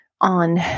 on